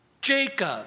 Jacob